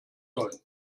sollen